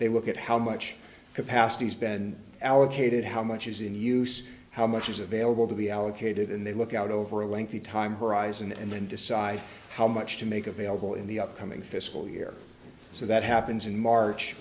they look at how much capacity has been allocated how much is in use how much is available to be allocated and they look out over a lengthy time horizon and then decide how much to make available in the upcoming fiscal year so that happens in march